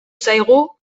zaigu